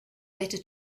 better